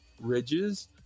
ridges